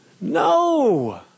No